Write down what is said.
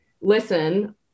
Listen